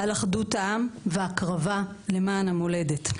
על אחדות העם והקרבה למען המולדת.